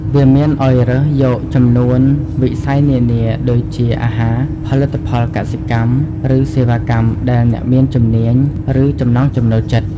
វាមានអោយរើសយកចំនួនវិស័យនានា ដូចជាអាហារ ផលិតផលកសិកម្ម ឬសេវាកម្មដែលអ្នកមានជំនាញ ឬចំណង់ចំណូលចិត្ត។